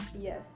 Yes